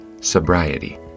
Sobriety